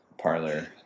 parlor